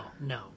no